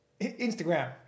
instagram